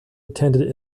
attended